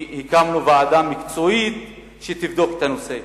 שהקמנו ועדה מקצועית שתבדוק את הנושא.